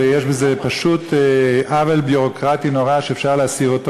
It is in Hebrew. ויש בזה פשוט עוול ביורוקרטי נורא שאפשר להסיר,